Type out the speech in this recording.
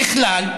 ככלל,